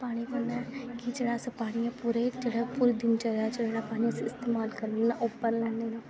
पानी की जेह्ड़ा अस पानी ऐ पूरे जेह्ड़ा पूरी दिनचर्या च जेह्ड़ा पानी अस इस्तेमाल करने ओह् भरी लैन्ने होन्ने